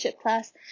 class